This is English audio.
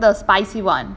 oh so you took the spicy [one]